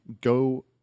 go